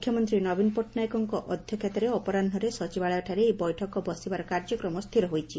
ମୁଖ୍ୟମନ୍ତୀ ନବୀନ ପଟ୍ଟନାୟକଙ୍କ ଅଧ୍ୟକ୍ଷତାରେ ଅପରାହୁରେ ସଚିବାଳୟଠାରେ ଏହି ବୈଠକ ବସିବାର କାର୍ଯ୍ୟକ୍ରମ ସ୍ଥିର ହୋଇଛି